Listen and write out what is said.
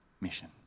mission